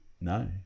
No